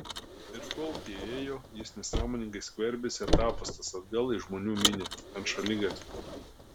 ir kol tie ėjo jis nesąmoningai skverbėsi atatupstas atgal į žmonių minią ant šaligatvio